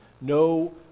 no